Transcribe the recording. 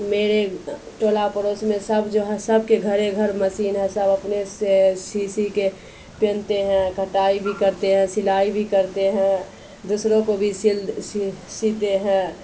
میرے ٹولہ پڑوس میں سب جو ہے سب کے گھرے گھر مشین ہے سب اپنے سے سی سی کے پہنتے ہیں کٹائی بھی کرتے ہیں سلائی بھی کرتے ہیں دوسروں کو بھی سل سیتے ہیں